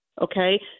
Okay